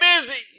busy